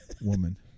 woman